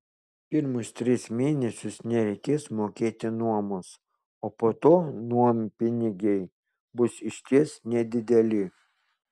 pirmus tris mėnesius nereikės mokėti nuomos o po to nuompinigiai bus išties nedideli